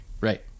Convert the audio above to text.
Right